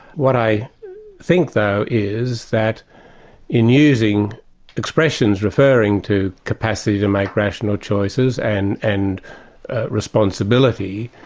what i think though is that in using expressions referring to capacity to make rational choices and and responsibility,